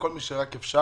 לכל מי שרק אפשר,